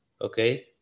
okay